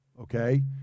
Okay